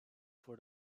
for